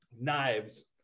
knives